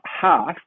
half